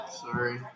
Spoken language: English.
Sorry